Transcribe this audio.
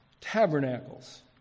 tabernacles